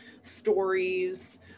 stories